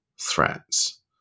threats